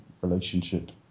relationship